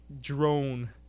drone